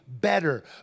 better